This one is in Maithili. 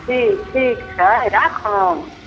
ठीक ठीक छै राखौं